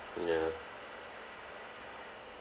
ya